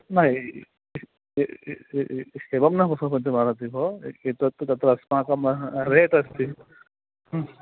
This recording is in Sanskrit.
नै एवं न बहु वदन्ति अर्हति भो तत्तु तत्र अस्माकं रेट् अस्ति